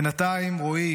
בינתיים רועי,